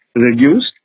reduced